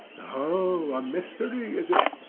oh! a mystery is it?